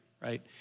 right